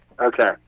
Okay